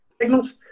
signals